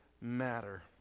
matter